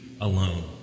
alone